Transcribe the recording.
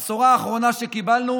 הבשורה האחרונה שקיבלנו